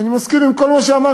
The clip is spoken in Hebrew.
שאני מסכים עם כל מה שאמרתם.